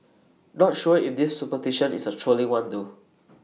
not sure if this superstition is A trolling one though